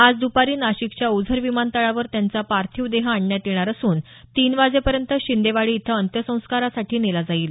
आज दुपारी नाशिकच्या ओझर विमानतळावर त्यांचा पार्थिव देह आणण्यात येणार असून तीन वाजेपर्यंत शिंदेवाडी इथं अंत्यसंस्कारासाठी नेला जाईल